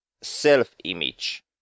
self-image